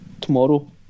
tomorrow